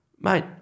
mate